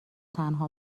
تنها